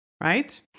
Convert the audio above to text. right